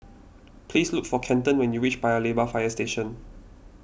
please look for Kenton when you reach Paya Lebar Fire Station